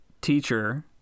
teacher